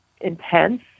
intense